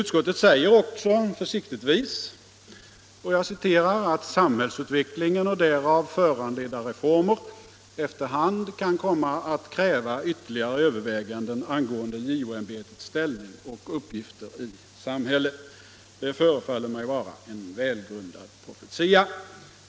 "”tskottet säger försiktigtvis att ”samhällsutvecklingen och därav föranledda reformer efter hand kan komma att kräva ytterligare överväganden angående JO-ämbetets ställning och uppgifter i samhället”. Det förefaller vara en välgrundad profetia.